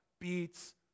Beats